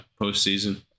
postseason